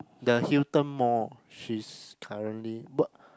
the Hillion Mall she's currently but